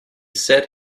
said